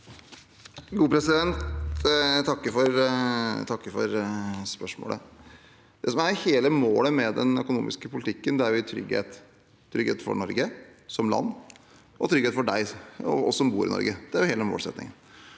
Jeg takker for spørsmålet. Hele målet med den økonomiske politikken er å gi trygghet for Norge som land og trygghet for dem som bor i Norge. Det er hele målsettingen.